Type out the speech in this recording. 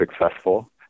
successful